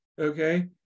Okay